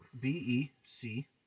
B-E-C